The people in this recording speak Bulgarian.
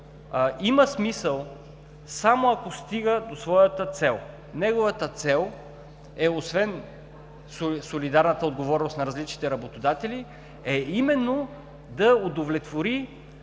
има смисъл, само ако стига до своята цел. Неговата цел, освен солидарната отговорност на различните работодатели, е именно да удовлетвори